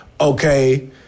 Okay